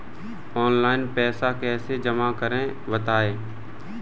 Online पैसा कैसे जमा करें बताएँ?